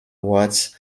awards